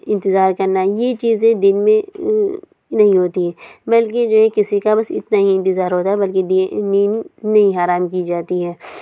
انتظار کرنا یہ چیزیں دن میں نہیں ہوتی ہیں بلکہ جو یہ کسی کا بس اتنا ہی انتظار ہو رہا بلکہ نیند نہیں حرام کی جاتی ہے